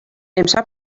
امشب